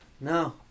no